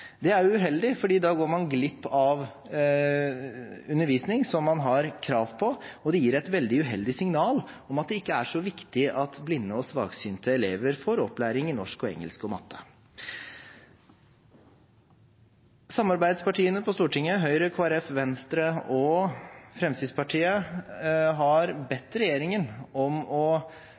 Det er uheldig, for da går man glipp av undervisning som man har krav på, og det gir et veldig uheldig signal om at det ikke er så viktig at blinde og svaksynte elever får opplæring i norsk, engelsk og matte. Samarbeidspartiene på Stortinget – Høyre, Kristelig Folkeparti, Venstre og Fremskrittspartiet – har bedt regjeringen om å